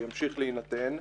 ימשיך להינתן.